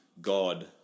God